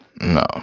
No